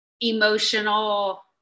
emotional